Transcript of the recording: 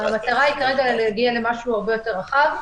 המטרה היא להגיע למשהו הרבה יותר רחב.